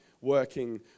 working